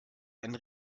einen